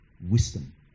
wisdom